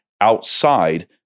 outside